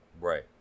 Right